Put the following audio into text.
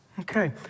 Okay